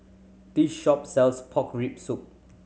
this shop sells pork rib soup